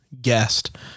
guest